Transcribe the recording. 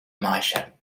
maréchale